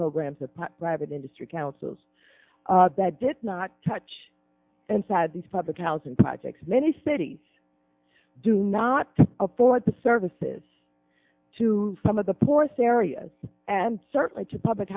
programs of private industry councils that did not touch and said these public housing projects many cities do not afford the services to some of the poorest areas and certainly to public